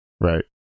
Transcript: Right